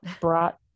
brought